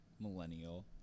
millennial